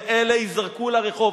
ואלה ייזרקו לרחוב,